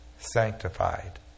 sanctified